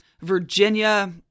Virginia